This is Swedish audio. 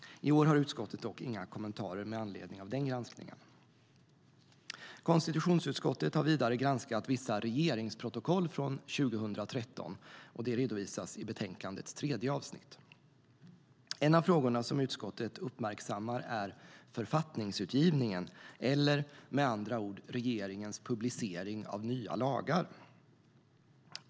I år har utskottet dock inga kommentarer med anledning av den granskningen. Konstitutionsutskottet har vidare granskat vissa regeringsprotokoll från 2013. Det redovisas i betänkandets tredje avsnitt. En av frågorna som utskottet uppmärksammar är författningsutgivningen, med andra ord regeringens publicering av nya lagar.